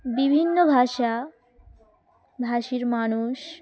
বিভিন্ন ভাষা ভাষীর মানুষ